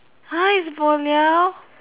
!huh! it's bo liao